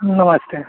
नमस्ते